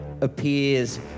appears